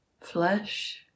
flesh